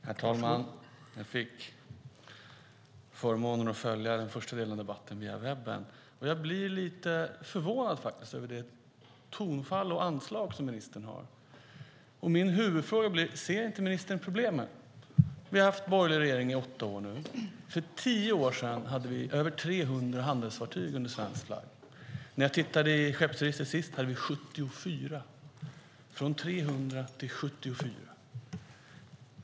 Herr talman! Jag hade förmånen att följa den första delen av debatten via webben, och jag blev lite förvånad över det tonfall och anslag som ministern har. Min huvudfråga blir: Ser inte ministern problemet? Vi har haft borgerlig regering i åtta år. För tio år sedan hade vi över 300 handelsfartyg under svensk flagg. När jag tittade i skeppsregistret sist hade vi 74. Det har gått från 300 till 74.